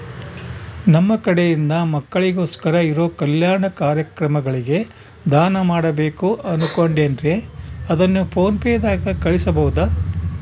ನಮ್ಮ ಕಡೆಯಿಂದ ಮಕ್ಕಳಿಗೋಸ್ಕರ ಇರೋ ಕಲ್ಯಾಣ ಕಾರ್ಯಕ್ರಮಗಳಿಗೆ ದಾನ ಮಾಡಬೇಕು ಅನುಕೊಂಡಿನ್ರೇ ಅದನ್ನು ಪೋನ್ ಪೇ ದಾಗ ಕಳುಹಿಸಬಹುದಾ?